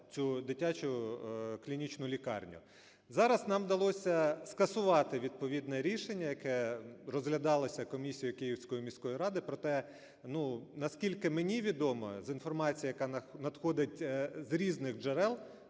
цю дитячу клінічну лікарню. Зараз нам вдалося скасувати відповідне рішення, яке розглядалося комісією Київської міської ради, проте, ну, наскільки мені відомо, за інформацією, яка надходить з різних джерел,